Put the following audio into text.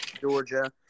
Georgia